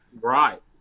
Right